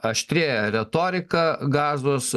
aštrėja retorika gazos